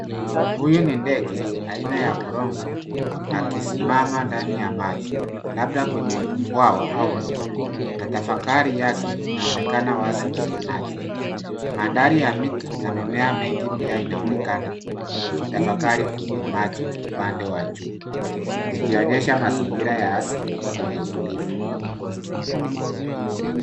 Huyu ni ndege aina ya korongo akisimama ndani ya maji, labda kwenye bwawa au mto, na tafakari yake inaonekana wazi kwenye maji. Mandhari ya miti na mimea mingi pia inaonekana, ikitafakari kwenye maji upande wa juu, ikionyesha mazingira ya asili kwenye utulivu.